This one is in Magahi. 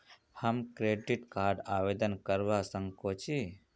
हम क्रेडिट कार्ड आवेदन करवा संकोची?